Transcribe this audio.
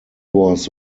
was